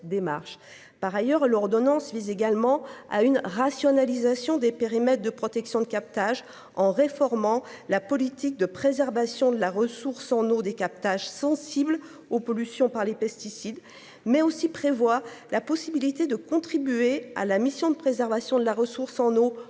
Par ailleurs, l'ordonnance vise également à une rationalisation des périmètres de protection de captage en réformant la politique de préservation de la ressource en eau des captages sensible aux pollutions par les pesticides, mais aussi prévoit la possibilité de contribuer à la mission de préservation de la ressource en eau pour